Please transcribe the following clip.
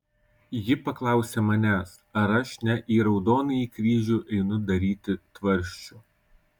ji paklausė manęs ar aš ne į raudonąjį kryžių einu daryti tvarsčių